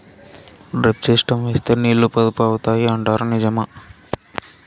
Drip system వేస్తే నీళ్లు పొదుపు అవుతాయి అంటారు నిజమా?